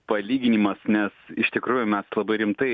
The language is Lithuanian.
palyginimas nes iš tikrųjų mes labai rimtai